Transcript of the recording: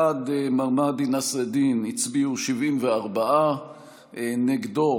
בעד מר מהדי נסר אל-דין, הצביעו 74. נגדו